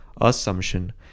assumption